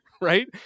right